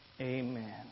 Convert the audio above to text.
Amen